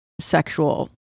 sexual